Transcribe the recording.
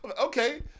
Okay